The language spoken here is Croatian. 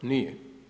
Nije.